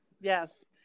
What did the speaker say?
yes